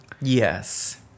Yes